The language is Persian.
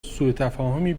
سوتفاهمی